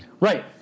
Right